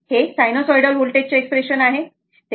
तर हे sinusoidal voltage चे एक्सप्रेशन आहे बरोबर